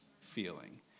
feeling